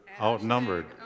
outnumbered